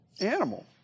animal